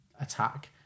attack